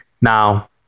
Now